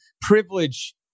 privilege